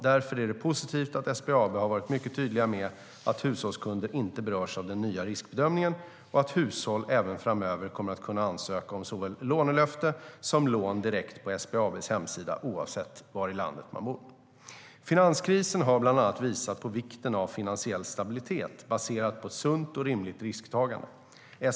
Därför är det positivt att SBAB varit mycket tydligt med att hushållskunder inte berörs av den nya riskbedömningen och att hushåll även framöver kommer att kunna ansöka om såväl lånelöfte som lån direkt på SBAB:s hemsida, oavsett var i landet de bor. Finanskrisen har bland annat visat på vikten av finansiell stabilitet baserad på ett sunt och rimligt risktagande.